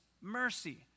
mercy